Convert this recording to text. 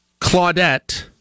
Claudette